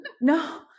No